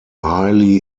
highly